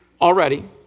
Already